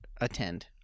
attend